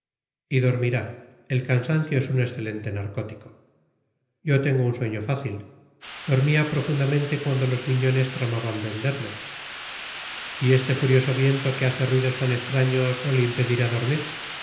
y dormirá el cansancio es un excelente narcótico yo tengo un sueño fácil dormía profundamente cuando los miñones tramaban venderme y este furioso viento que hace ruidos tan extraños no le impedirá dormir